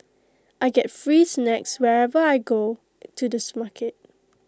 I get free snacks wherever I go to the supermarket